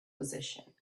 position